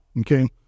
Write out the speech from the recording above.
Okay